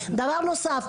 דבר נוסף,